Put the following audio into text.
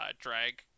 drag